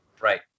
Right